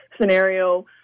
scenario